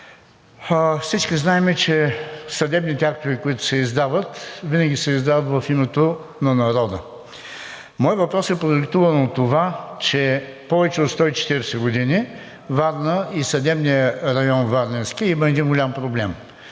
Всички знаем, че съдебните актове, които се издават, винаги се издават в името на народа. Моят въпрос е продиктуван от това, че повече от 140 години Варна и Съдебният варненски район имат един голям проблем.